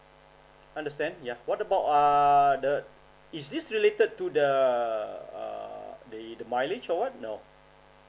understand yeah what about err the is this related to the uh the the mileage or what no